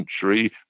century